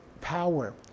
power